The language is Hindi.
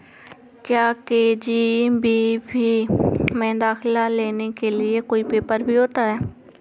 क्या के.जी.बी.वी में दाखिला लेने के लिए कोई पेपर भी होता है?